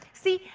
see,